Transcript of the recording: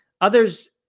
Others